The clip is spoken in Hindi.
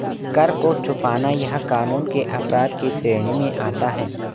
कर को छुपाना यह कानून के अपराध के श्रेणी में आता है